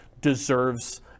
deserves